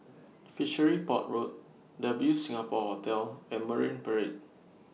Fishery Port Road W Singapore Hotel and Marine Parade